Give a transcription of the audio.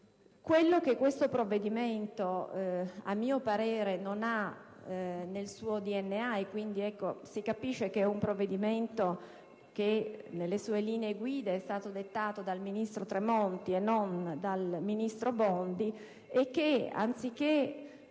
Ciò che questo provvedimento a mio parere ha nel suo DNA (e quindi si capisce che è un provvedimento che nelle sue linee guida è stato dettato dal ministro Tremonti e non dal ministro Bondi), è che, anziché